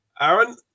Aaron